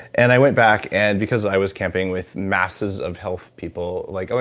and i went back, and because i was camping with masses of health people, like i